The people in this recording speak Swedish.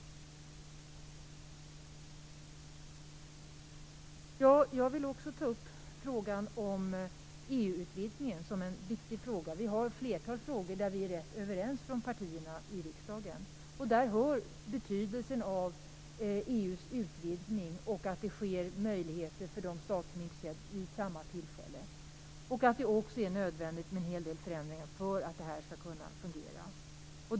Jag vill också ta upp frågan om EU-utvidgningen, som är en viktig fråga. I ett flertal frågor är vi rätt överens från partierna i riksdagen. Dit hör betydelsen av EU:s utvidgning och möjligheter för de stater som är intresserade att bli medlemmar vid samma tillfälle. Det är också nödvändigt med en hel del förändringar för att det här skall kunna fungera.